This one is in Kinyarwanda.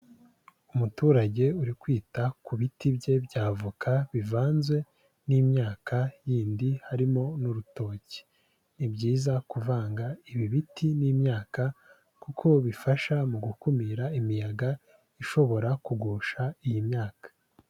Umuturage uri kwita ku biti bye bya avoka bivanze n'imyaka yindi harimo n'urutoki, ni byiza kuvanga ibi biti n'imyaka kuko bifasha mu gukumira imiyaga ishobora kugusha iyi myaka.